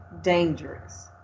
dangerous